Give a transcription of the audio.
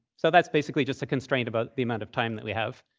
so that's basically just a constraint about the amount of time that we have.